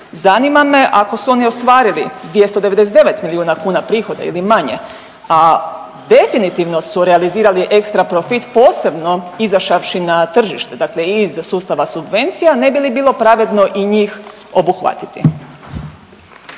Zanima me, ako su oni ostvarili 299 milijuna kuna prihoda ili manje, a definitivno su realizirali ekstraprofit posebno izašavši na tržište, dakle i iz sustava subvencija, ne bi li bilo pravedno i njih obuhvatiti?